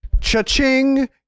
Cha-ching